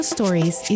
Stories